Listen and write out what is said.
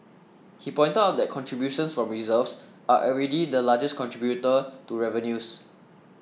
he pointed out that contributions from reserves are already the largest contributor to revenues